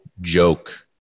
Joke